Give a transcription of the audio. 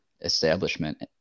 establishment